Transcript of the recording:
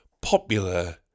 popular